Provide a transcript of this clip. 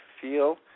feel